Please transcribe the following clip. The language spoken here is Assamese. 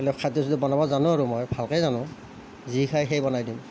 এইবিলাক খাদ্য চাদ্য বনাব জানো আৰু মই ভালকৈয়ে জানো যি খায় সেয়ে বনাই দিওঁ